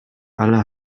alle